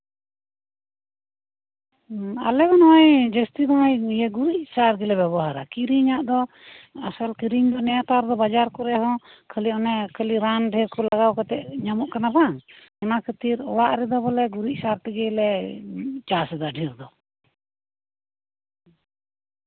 ᱦᱩᱸ ᱟᱞᱮ ᱦᱚᱸ ᱡᱟᱹᱥᱛᱤ ᱫᱚ ᱤᱭᱟᱹ ᱜᱩᱨᱤᱡ ᱥᱨ ᱜᱮᱞᱮ ᱵᱮᱵᱚᱦᱟᱨᱟ ᱠᱤᱨᱤᱧᱟᱜ ᱫᱚ ᱟᱥᱚᱞ ᱠᱤᱨᱤᱧ ᱫᱚ ᱱᱮᱛᱟᱨ ᱵᱟᱡᱟᱨ ᱠᱚᱨᱮ ᱦᱚᱸ ᱠᱷᱟᱹᱞᱤ ᱨᱟᱱ ᱰᱷᱮᱨ ᱠᱚ ᱞᱟᱜᱟᱣ ᱠᱟᱜ ᱠᱟᱱᱟ ᱛᱮ ᱧᱟᱢᱚᱜ ᱠᱟᱱᱟ ᱵᱟᱝ ᱚᱱᱟᱛᱮ ᱚᱲᱟᱜ ᱨᱮᱫᱚ ᱜᱩᱨᱤᱡ ᱥᱟᱨ ᱛᱮᱜᱮᱞᱞᱮ ᱪᱟᱥᱮᱫᱟ ᱰᱷᱮᱨ ᱫᱚ